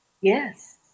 Yes